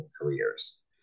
careers